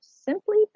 simply